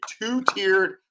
two-tiered